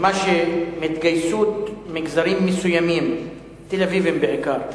מגזרים מסוימים, תל-אביבים בעיקר,